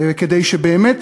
כדי שבאמת